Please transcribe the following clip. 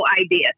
idea